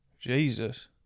Jesus